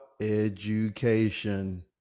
education